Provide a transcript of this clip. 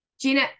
Gina